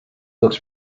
books